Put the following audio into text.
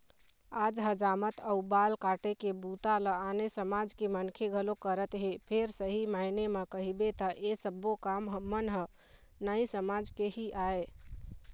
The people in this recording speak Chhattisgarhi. आज हजामत अउ बाल काटे के बूता ल आने समाज के मनखे घलोक करत हे फेर सही मायने म कहिबे त ऐ सब्बो काम मन ह नाई समाज के ही आय